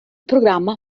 programma